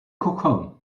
kokon